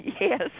yes